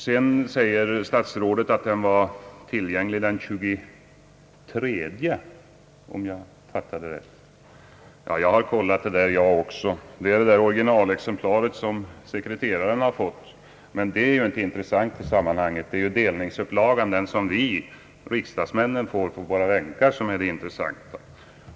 Statsrådet säger att propositionen var tillgänglig den 23, om jag fattade rätt. Men det gällde originalexemplaret som sekreteraren har fått. Det är emellertid inte av intresse i sammanhanget. Det är delningsupplagan — den som vi riksdagsmän får på våra bänkar — som är intressant.